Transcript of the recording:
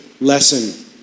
lesson